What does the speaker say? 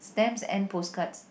stamps and postcards